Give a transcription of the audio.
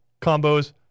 combos